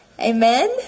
Amen